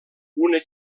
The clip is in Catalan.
una